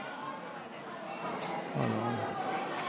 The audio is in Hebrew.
בישיבה.